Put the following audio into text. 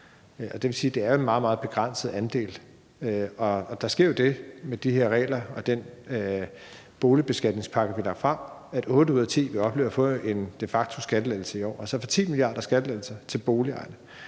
en meget, meget begrænset andel. Der sker jo det med de her regler og den boligbeskatningspakke, vi har lagt frem, at otte ud af ti vil opleve at få en de facto skattelettelse i år, altså for 10 mia. kr. skattelettelser til boligejerne.